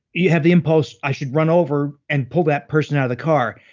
you have the impulse, i should run over and pull that person out of the car,